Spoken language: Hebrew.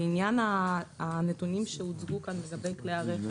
לעניין הנתונים שהוצגו כאן לגבי כלי הרכב,